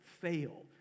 fail